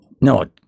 No